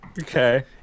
Okay